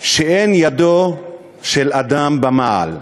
שאין ידו של אדם במעל.